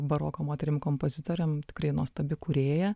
baroko moterim kompozitorėm tikrai nuostabi kūrėja